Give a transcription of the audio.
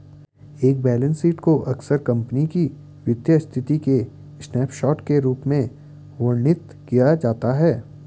एक balance sheet को अक्सर कंपनी की वित्तीय स्थिति के स्नैपशॉट के रूप में वर्णित किया जाता है